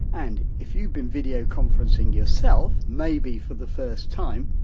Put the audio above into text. and if you've been video conferencing yourself, maybe for the first time,